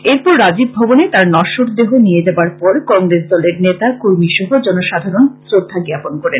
এরপর রাজীব ভবনে তার নশ্বর দেহ নিয়ে যাবার পর কংগ্রেস দলের নেতা কর্মী সহ জনসাধারন শ্রদ্ধা জ্ঞাপন করেন